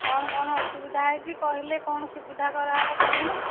କ'ଣ କ'ଣ ଅସୁବିଧା ହେଇଛି କହିଲେ କ'ଣ ସୁବିଧା କରାହେବ କହୁନ